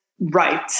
right